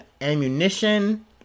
ammunition